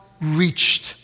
reached